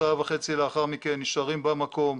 שעה וחצי לאחר מכן נשארים במקום,